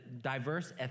diverse